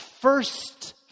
first